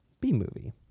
B-Movie